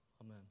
Amen